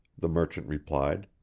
the merchant replied.